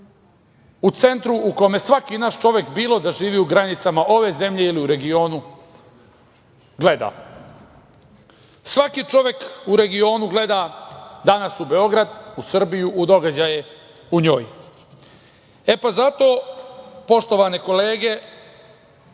u centru u kome svaki naš čovek, bilo da živi u granicama ove zemlje ili u regionu, gleda. Svaki čovek u regionu gleda danas u Beograd, u Srbiju, u događaje u njoj. Zato, poštovane kolege,